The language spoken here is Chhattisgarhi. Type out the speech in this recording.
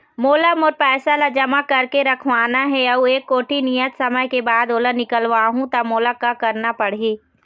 मोला मोर पैसा ला जमा करके रखवाना हे अऊ एक कोठी नियत समय के बाद ओला निकलवा हु ता मोला का करना पड़ही?